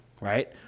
right